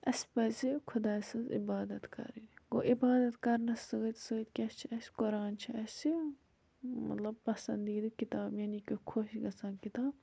اَسہِ پَزِ خۄداے سٕنٛز عِبادَت کَرٕنۍ گوٚو عِبادَت کَرنَس سۭتۍ سۭتۍ کیاہ چھِ اَسہِ قۄران چھِ اَسہِ مطلب پَسنٛدیٖدٕ کِتاب یعنی کہِ خۄش گژھان کِتاب